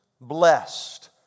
blessed